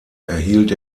erhielt